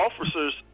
officers